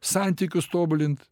santykius tobulint